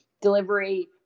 delivery